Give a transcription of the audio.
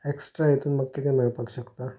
extra हेतून म्हाक किदें मेळपाक शकता